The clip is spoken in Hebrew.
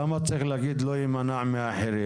למה צריך להגיד שלא יימנע מאחרים?